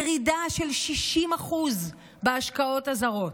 ירידה של 60% בהשקעות הזרות.